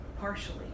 partially